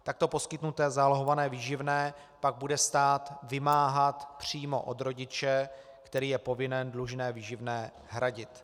Takto poskytnuté zálohované výživné pak bude stát vymáhat přímo od rodiče, který je povinen dlužné výživné hradit.